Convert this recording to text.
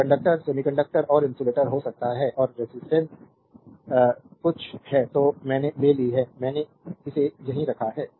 तो conductor semiconductor और insulator हो सकता है और रेजिस्टेंस कता कुछ है जो मैंने ले ली है मैंने इसे यहीं रखा है